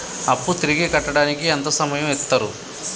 అప్పు తిరిగి కట్టడానికి ఎంత సమయం ఇత్తరు?